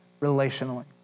relationally